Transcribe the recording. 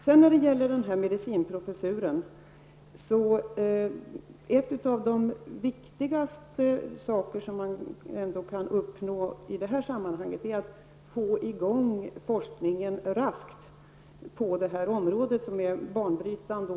Vad beträffar medicinprofessuren är en av de viktigaste saker som man kan uppnå i det här sammanhanget att få i gång forskningen raskt på detta område, som är banbrytande.